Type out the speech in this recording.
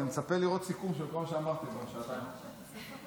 אני מצפה לראות סיכום של כל מה שאמרתי בשעתיים האחרונות.